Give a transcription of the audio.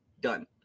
done